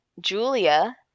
Julia